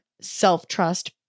self-trust